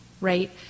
Right